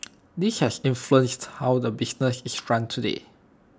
this has influenced how the business is run today